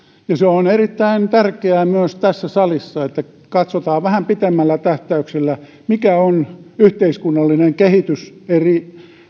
se on erittäin tärkeää myös tässä salissa että katsotaan vähän pitemmällä tähtäyksellä mikä on yhteiskunnallinen kehitys eri